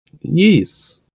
yes